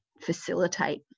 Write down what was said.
facilitate